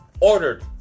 ordered